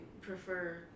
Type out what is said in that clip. prefer